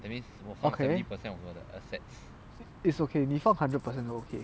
okay is okay 你放 hundred percent 都 okay